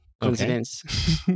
coincidence